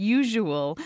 usual